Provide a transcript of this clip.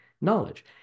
knowledge